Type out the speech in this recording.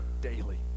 daily